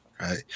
right